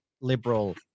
Liberal